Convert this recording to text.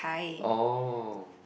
oh